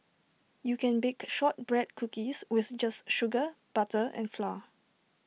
you can bake Shortbread Cookies just with sugar butter and flour